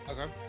Okay